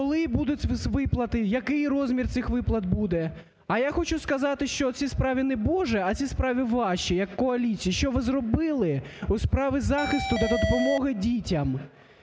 коли будуть виплати, який розмір цих виплат буде. А я хочу сказати, що ці справи не Божі, а ці справи – ваші як коаліції, що ви зробили у справі захисту та допомоги дітям.